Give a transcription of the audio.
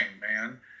man